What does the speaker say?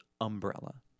umbrella